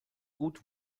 gut